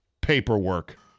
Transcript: paperwork